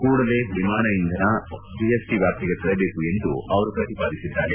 ಕೂಡಲೇ ವಿಮಾನ ಇಂಧನವನ್ನು ಜಿಎಸ್ಟಿ ವ್ಯಾಪ್ತಿಗೆ ತರಬೇಕು ಎಂದು ಅವರು ಪ್ರತಿಪಾದಿಸಿದ್ದಾರೆ